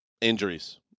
injuries